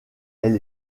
elle